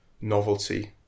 novelty